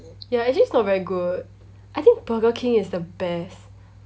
ya actually it's not very good I think Burger King is the best